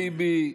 טיבי,